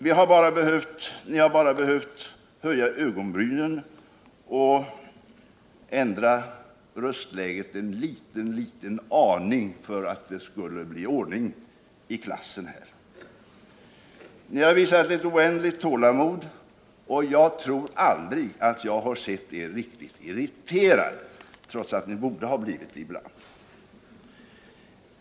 Ni har bara behövt höja ögonbrynen och ändra röstläget en liten aning för att det skulle bli ordning i klassen här. Ni har visat ett oändligt tålamod, och jag tror att jag aldrig sett er riktigt irriterad, trots att ni borde ha blivit det ibland.